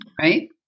Right